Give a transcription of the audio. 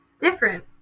different